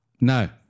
No